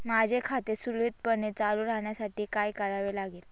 माझे खाते सुरळीतपणे चालू राहण्यासाठी काय करावे लागेल?